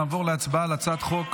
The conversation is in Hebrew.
נעבור להצבעה בקריאה הראשונה על הצעת חוק